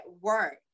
work